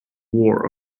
war